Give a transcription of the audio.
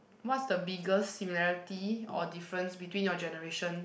what's the biggest similarity or difference between your generation